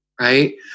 right